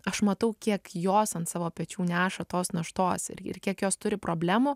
aš matau kiek jos an savo pečių neša tos naštos ir ir kiek jos turi problemų